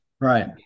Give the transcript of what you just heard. Right